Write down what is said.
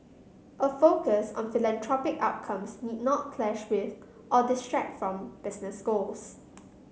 a focus on philanthropic outcomes need not clash with or distract from business goals